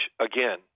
again